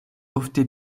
ofte